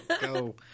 go